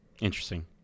Interesting